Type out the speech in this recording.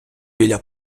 біля